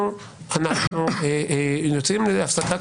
אנחנו יוצאים להפסקה,